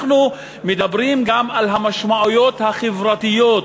אנחנו מדברים גם על המשמעויות החברתיות,